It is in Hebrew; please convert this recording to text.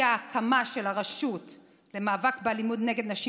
כי הקמה של הרשות למאבק באלימות נגד נשים